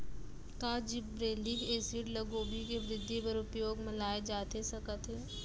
का gibberellic acid ल गोभी के वृद्धि बर उपयोग म लाये जाथे सकत हे?